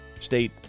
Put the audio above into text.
state